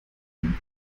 den